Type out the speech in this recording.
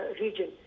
region